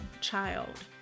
child